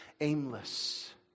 aimless